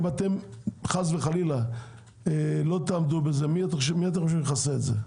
אם אתם חס וחלילה לא תעמדו בזה מי אתם חושבים יכסה את זה?